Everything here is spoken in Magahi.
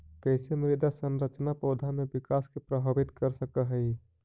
कईसे मृदा संरचना पौधा में विकास के प्रभावित कर सक हई?